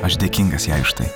aš dėkingas jai už tai